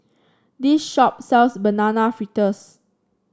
this shop sells Banana Fritters